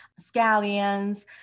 scallions